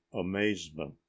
amazement